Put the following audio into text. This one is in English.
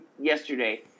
Yesterday